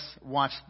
watch